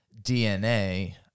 DNA